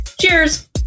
Cheers